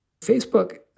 Facebook